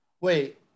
Wait